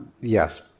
yes